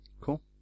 Cool